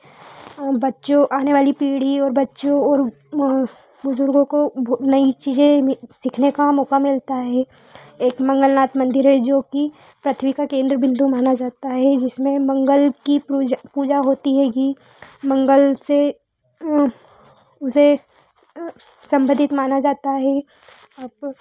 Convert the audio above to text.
बच्चों आनेवाली पीढ़ी और बच्चों और वहाँ बुजुर्गों को भो नई चीज़ें में सीखने का मौका मिलता है एक मंगलनाथ मंदिर है जो कि पृथ्वी का केंद्र बिंदू माना जाता है जिसमें मंगल की पूजा पूजा होती है गी मंगल से उसे सम्बंधित माना जाता है आप